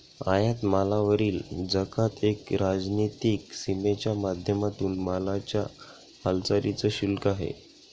आयात मालावरील जकात एक राजनीतिक सीमेच्या माध्यमातून मालाच्या हालचालींच शुल्क आहे